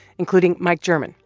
including mike german,